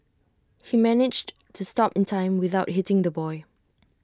he managed to stop in time without hitting the boy